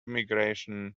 migration